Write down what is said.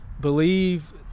believe